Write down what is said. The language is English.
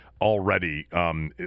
already